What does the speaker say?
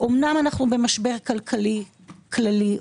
אומנם אנו במשבר כלכלי כללי,